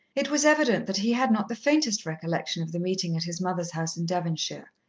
it was evident that he had not the faintest recollection of the meeting at his mother's house in devonshire.